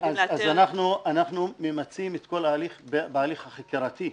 אנחנו ממצים את כל ההליך בהליך החקירתי.